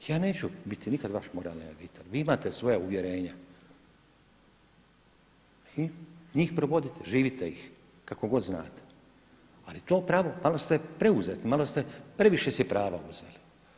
Ja neću biti nikada vaš moralni arbitar, vi imate svoja uvjerenja i njih provodite, živite ih kako god znate, ali to pravo malo ste preuzeti, malo ste si previše prava uzeli.